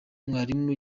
mwarimu